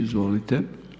Izvolite.